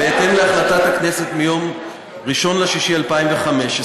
בוועדה המשותפת לוועדת העבודה,